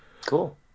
Cool